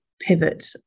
pivot